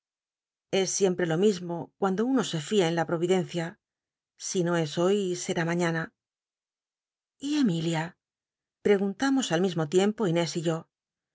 es siempe lo mismo cuando uno se fia en la providencia si no es hoy será maiinna y emilia preguntamos al mismo tiempo inés y yo